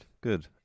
Good